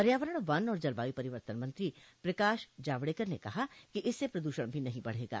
पर्यावरण वन और जलवायु परिवर्तन मंत्री प्रकाश जावड़ेकर ने कहा कि इससे प्रदूषण भी नहीं बढ़ेगा